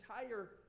entire